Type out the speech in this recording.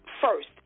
first